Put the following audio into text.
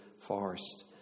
forest